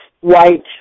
white